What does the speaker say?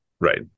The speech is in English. Right